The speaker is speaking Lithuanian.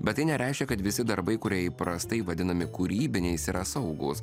bet tai nereiškia kad visi darbai kurie įprastai vadinami kūrybiniais yra saugūs